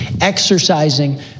exercising